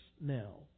now